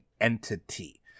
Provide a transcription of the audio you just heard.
entity